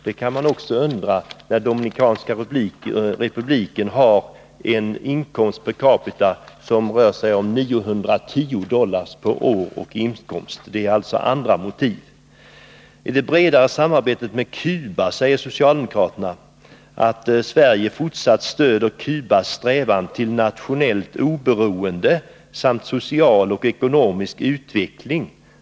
Man kan här ställa sig undrande när man vet att Dominikanska republiken har en årsinkomst per capita på 910 dollar. Det måste alltså vara fråga om andra motiv. När det gäller det bredare samarbetet med Cuba säger socialdemokraterna att Sverige skall ge fortsatt stöd åt Cubas strävan till nationellt oberoende samt social och ekonomisk utveckling.